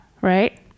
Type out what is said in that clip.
right